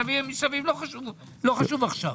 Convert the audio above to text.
סביב לא חשוב עכשיו.